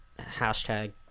hashtag